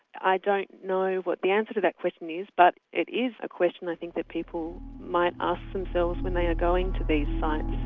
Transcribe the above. i don't know what the answer to that question is, but it is a question i think that people might ask themselves when they are going to these sites.